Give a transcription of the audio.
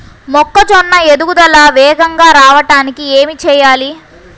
మొక్కజోన్న ఎదుగుదల వేగంగా రావడానికి ఏమి చెయ్యాలి?